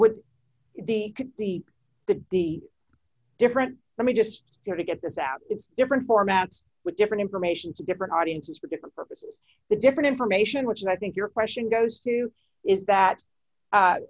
would be the the different let me just to get this out it's different formats with different information to different audiences for different purposes the different information which i think your question goes to is that